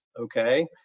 okay